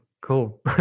Cool